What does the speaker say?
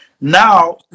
Now